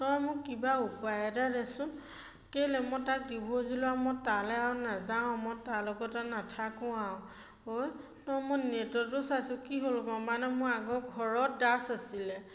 তই মোক কিবা উপায় এটা দেচোন কেলৈ মই তাক দিভৰ্চ দিলোঁ আৰু মই তালৈ আৰু নাযাওঁ মই তাৰ লগত নাথাকোঁ আৰু ঐ মই নেটতো চাইছোঁ কি হ'ল গ'ম পাৱনে মই আগৰ ঘৰত দাস আছিলে